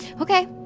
Okay